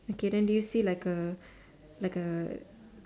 okay then do you see like a like a